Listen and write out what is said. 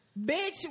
bitch